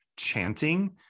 chanting